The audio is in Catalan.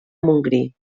montgrí